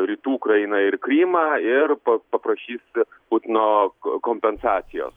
rytų ukrainą ir krymą ir paprašys putino kompensacijos